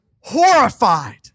horrified